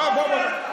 הלו, בוא, בוא.